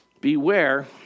Beware